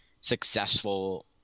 successful